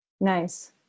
Nice